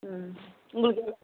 ம் உங்களுக்கு எவ்வளோ